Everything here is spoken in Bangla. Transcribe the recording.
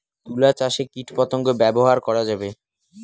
তুলা চাষে কীটপতঙ্গ ব্যবহার করা যাবে?